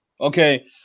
Okay